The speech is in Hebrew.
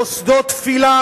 מוסדות תפילה,